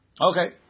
Okay